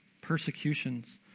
persecutions